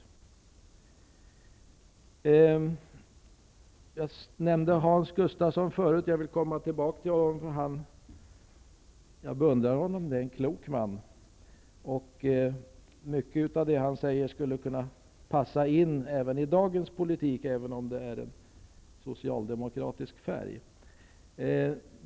Sedan några ord till Hans Gustafsson. Han är en klok man som jag beundrar, och mycket av det han sade skulle kunna passa in i dagens politik, även om det har socialdemokratisk färg.